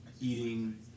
Eating